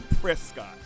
Prescott